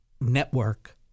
network